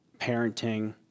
parenting